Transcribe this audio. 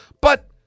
But-